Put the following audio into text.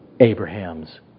Abraham's